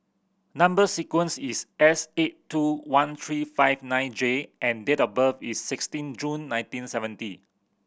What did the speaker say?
number sequence is S eight two one three five nine J and date of birth is sixteen June nineteen seventy